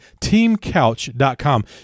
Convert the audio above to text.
teamcouch.com